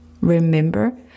Remember